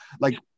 like-